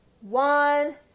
One